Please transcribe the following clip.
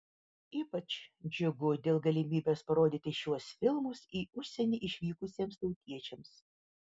ypač džiugu dėl galimybės parodyti šiuos filmus į užsienį išvykusiems tautiečiams